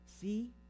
see